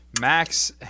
Max